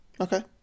okay